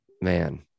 Man